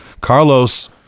Carlos